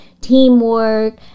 teamwork